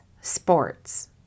sports